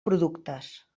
productes